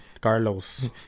Carlos